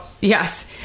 yes